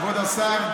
כבוד השר,